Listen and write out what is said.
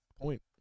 point